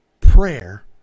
Prayer